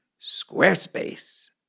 Squarespace